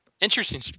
Interesting